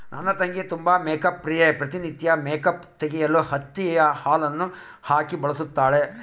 ನನ್ನ ತಂಗಿ ತುಂಬಾ ಮೇಕ್ಅಪ್ ಪ್ರಿಯೆ, ಪ್ರತಿ ನಿತ್ಯ ಮೇಕ್ಅಪ್ ತೆಗೆಯಲು ಹತ್ತಿಗೆ ಹಾಲನ್ನು ಹಾಕಿ ಬಳಸುತ್ತಾಳೆ